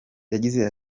yagize